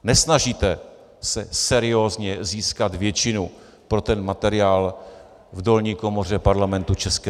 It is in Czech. Nesnažíte se seriózně získat většinu pro materiál v dolní komoře Parlamentu ČR.